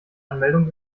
anmeldung